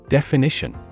Definition